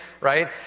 right